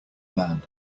man